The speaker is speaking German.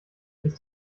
ist